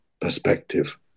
perspective